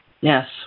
Yes